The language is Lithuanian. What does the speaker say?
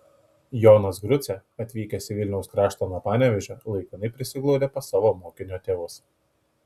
jonas grucė atvykęs į vilniaus kraštą nuo panevėžio laikinai prisiglaudė pas savo mokinio tėvus